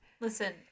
Listen